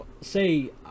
say